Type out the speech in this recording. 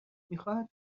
میخواهند